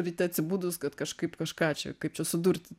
ryte atsibudus kad kažkaip kažką čia kaip čia sudurti